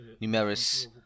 numerous